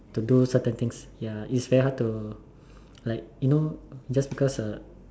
to do certain things ya it's very hard to like you know just because uh